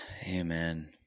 Amen